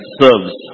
serves